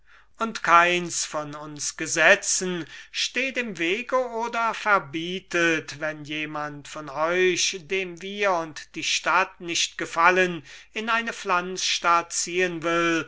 und keins von uns gesetzen steht im wege oder verbietet wenn jemand von euch dem wir und die stadt nicht gefallen in eine pflanzstadt ziehen will